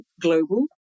global